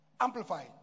amplify